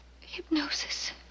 Hypnosis